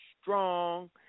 strong